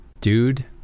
Dude